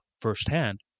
firsthand